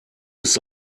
ist